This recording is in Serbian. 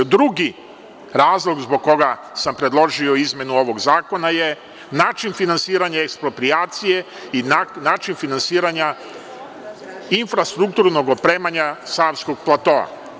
Drugi razlog zbog koga sam predložio izmenu ovog zakona je način finansiranja eksproprijacije i način finansiranja infrastrukturnog opremanja Savskog platoa.